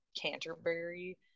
Canterbury